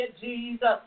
Jesus